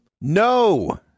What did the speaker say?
No